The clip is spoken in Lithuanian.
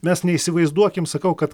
mes neįsivaizduokim sakau kad